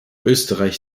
österreich